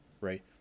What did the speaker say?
right